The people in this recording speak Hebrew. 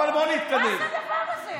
מה את רוצה, לצנזר אותו?